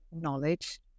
Knowledge